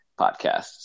podcasts